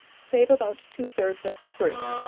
save about two thirds of the fruit,